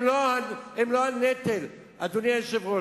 הם לא הנטל, אדוני היושב-ראש.